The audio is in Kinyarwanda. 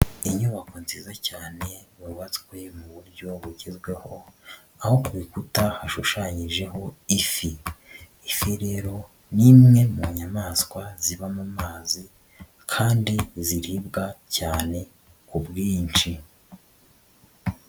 Inyubako nziza cyane yubatswe mu buryo bugezweho aho ku bikuta hashushanyijeho ifi, ifi rero ni imwe mu nyamaswa ziba mu mazi kandi ziribwa cyane ku bwinshi.